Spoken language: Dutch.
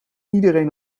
iedereen